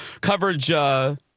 coverage